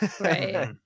Right